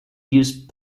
use